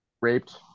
raped